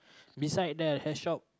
beside there has shop